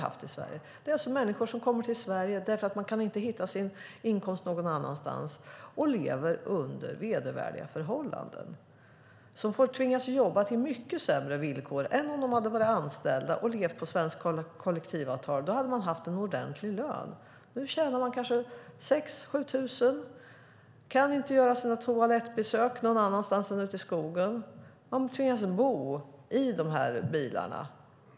Det är alltså människor som kommer till Sverige eftersom man inte kan hitta någon inkomst någon annanstans och lever under vedervärdiga förhållanden. De tvingas jobba på mycket sämre villkor än om de hade varit anställda och levt på svenskt kollektivavtal. Då hade de haft en ordentlig lön. Nu tjänar de kanske 6 000-7 000. De kan inte göra sina toalettbesök någon annanstans än i skogen. De tvingas bo i bilarna.